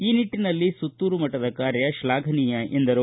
ಈ ನಿಟ್ಟನಲ್ಲಿ ಸುತ್ತೂರು ಮಠದ ಕಾರ್ಯ ಶ್ಲಾಘನೀಯ ಎಂದರು